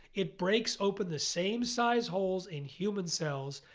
it breaks open the same size holes in human cells.